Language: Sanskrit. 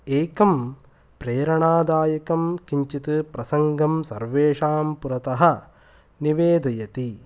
एकं प्रेरणादायकं किञ्चित प्रसङ्गं सर्वेषां पुरतः निवेदयति